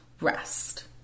rest